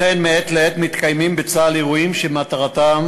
לכן מעת לעת מתקיימים בצה"ל אירועים שמטרתם